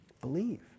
Believe